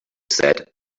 said